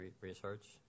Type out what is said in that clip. research